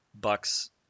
Bucks